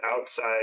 outside